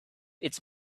its